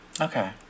Okay